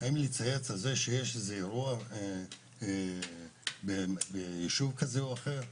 האם יש איזה אירוע בישוב כזה או אחר.